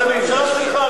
עכשיו אני אתייחס אליך כחבר